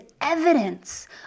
evidence